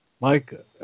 Mike